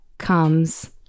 comes